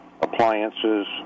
appliances